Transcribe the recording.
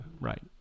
Right